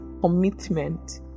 commitment